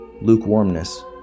lukewarmness